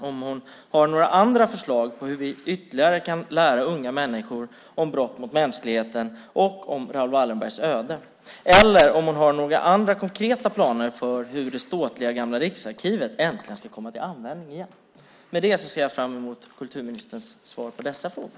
Har hon några andra förslag på hur vi ytterligare kan lära unga människor om brott mot mänskligheten och om Raoul Wallenbergs öde? Eller har hon några andra konkreta planer för hur det ståtliga Gamla riksarkivet äntligen ska komma till användning igen? Med detta ser jag fram emot kulturministerns svar på dessa frågor.